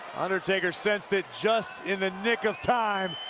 undertaker sensed it just in the nick of time,